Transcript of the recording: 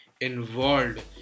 Involved